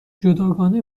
جداگانه